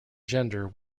gender